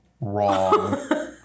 wrong